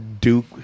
Duke